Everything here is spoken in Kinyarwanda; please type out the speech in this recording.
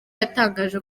yatangaje